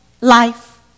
Life